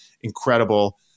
incredible